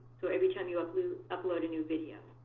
so every time you upload upload a new video,